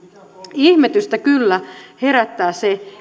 ihmetystä kyllä herättää se